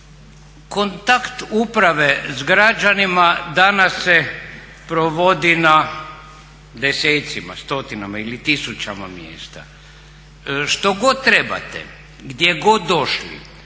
Kontakt uprave s građanima danas se provodi na desecima, stotinama ili tisućama mjesta. Što god trebate, gdje god došli